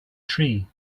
tree